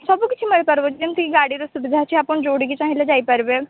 ସବୁ କିଛି ମାରିପାରିବେ ଯେମିତି ଗାଡ଼ିର ସୁବିଧା ଅଛି ଆପଣ ଯେଉଁଠିକି ଚାହିଁଲେ ଯାଇପାରିବେ